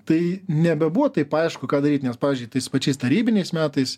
tai nebebuvo taip aišku ką daryt nes pavyzdžiui tais pačiais tarybiniais metais